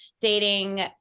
dating